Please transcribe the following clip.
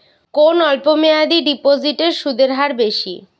কোন অল্প মেয়াদি ডিপোজিটের সুদের হার বেশি?